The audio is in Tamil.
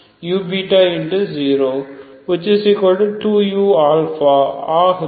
uyuyuyu